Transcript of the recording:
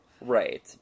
Right